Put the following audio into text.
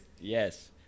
Yes